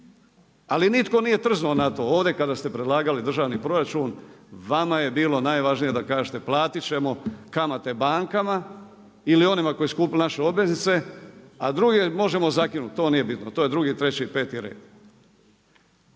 ali nitko nije trznuo na to ovdje kada ste predlagali državni proračun. Vama je bilo najvažnije da kažete platit ćemo kamate bankama ili onima koji su kupili naše obveznice, a druge možemo zakinut, to nije bitno, to je drugi, treći, peti red.